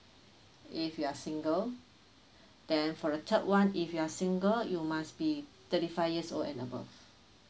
if you are single then for the third one if you are single you must be thirty five years old and above